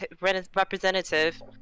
representative